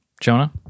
Jonah